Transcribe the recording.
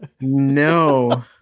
No